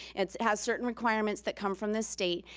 it has certain requirements that come from the state.